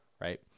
Right